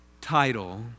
title